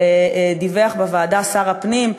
ודיווח בוועדה שר הפנים,